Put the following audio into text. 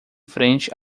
frente